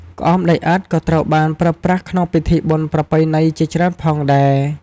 ក្អមដីឥដ្ឋក៏ត្រូវបានប្រើប្រាស់ក្នុងពិធីបុណ្យប្រពៃណីជាច្រើនផងដែរ។